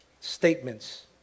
statements